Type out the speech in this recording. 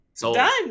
done